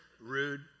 rude